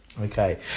Okay